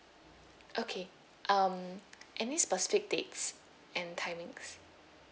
okay um any specific dates and timings